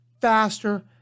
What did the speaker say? faster